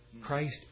Christ